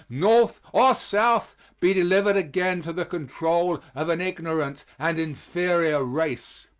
north or south, be delivered again to the control of an ignorant and inferior race.